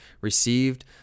received